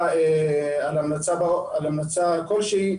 המלצה כלשהי,